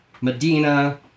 Medina